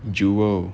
jewel